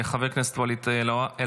חבר הכנסת ואליד אלהואשלה,